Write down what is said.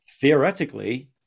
Theoretically